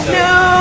no